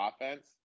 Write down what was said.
offense